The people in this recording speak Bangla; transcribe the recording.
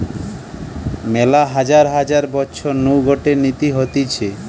মেলা হাজার হাজার বছর নু গটে নীতি হতিছে